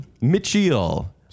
Mitchell